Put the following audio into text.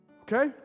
Okay